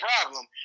problem